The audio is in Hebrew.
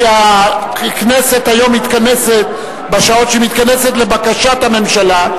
הכנסת היום מתכנסת בשעות שהיא מתכנסת לבקשת הממשלה,